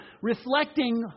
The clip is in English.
reflecting